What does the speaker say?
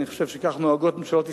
אני חושב שכך נוהגות ממשלות ישראל.